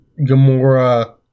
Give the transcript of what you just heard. Gamora